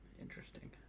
Interesting